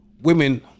Women